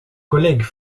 collègue